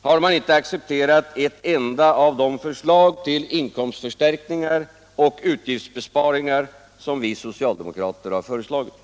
har man inte accepterat ett enda av de förslag till inkomstförstärkningar och utgiftsbesparingar som vi socialdemokrater har föreslagit.